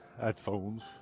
headphones